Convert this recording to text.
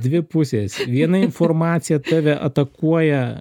dvi pusės viena informacija tave atakuoja